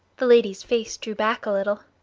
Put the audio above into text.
the lady's face drew back a little.